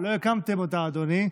ביקורת המדינה, לא הקמתם אותה, אדוני.